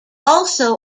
also